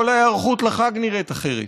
כל ההיערכות לחג נראית אחרת.